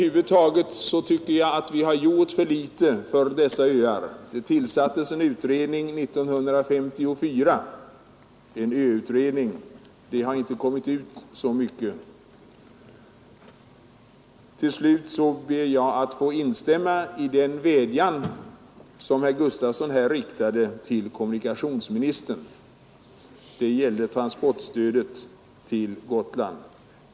Tillsammantaget tycker jag att vi gjort för litet för våra öar. År 1954 tillsattes en öutredning, men vi har inte fått ut så mycket av den. Till slut ber jag att få instämma i den vädjan som herr Gustafson här riktade till kommunikationsministern om det framtida transportstödet till Gotland.